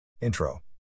Intro